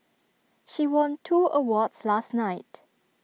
she won two awards last night